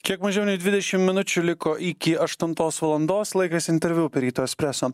kiek mažiau nei dvidešim minučių liko iki aštuntos valandos laikas interviu per ryto espreso